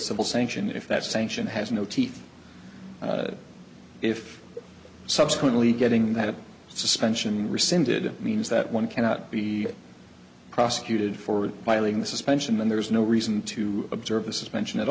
civil sanction if that sanction has no teeth if subsequently getting that suspension rescinded means that one cannot be prosecuted for violating the suspension and there's no reason to observe the suspension at